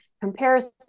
comparison